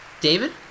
David